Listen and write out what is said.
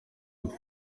with